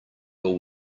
your